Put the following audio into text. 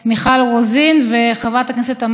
חכי חברת הכנסת רוזין וחברת הכנסת,